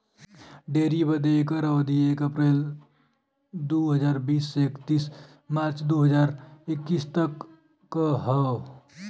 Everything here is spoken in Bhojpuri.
डेयरी बदे एकर अवधी एक अप्रैल दू हज़ार बीस से इकतीस मार्च दू हज़ार इक्कीस तक क हौ